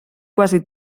quasi